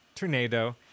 tornado